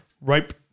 right